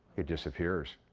it disappears.